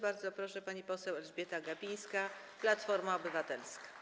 Bardzo proszę, pani poseł Elżbieta Gapińska, Platforma Obywatelska.